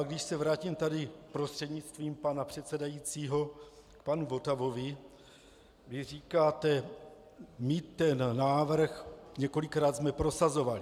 Když se vrátím tady prostřednictvím pana předsedajícího k panu Votavovi, kdy říkáte, my jsme ten návrh několikrát prosazovali.